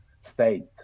state